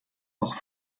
auch